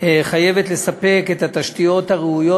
חייבת לספק את התשתיות הראויות,